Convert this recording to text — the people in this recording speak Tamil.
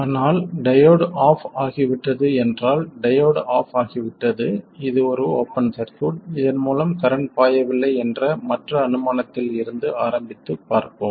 ஆனால் டையோடு ஆஃப் ஆகிவிட்டது என்றால் டையோடு ஆஃப் ஆகிவிட்டது இது ஒரு ஓப்பன் சர்க்யூட் இதன் மூலம் கரண்ட் பாயவில்லை என்ற மற்ற அனுமானத்தில் இருந்து ஆரம்பித்து பார்ப்போம்